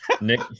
Nick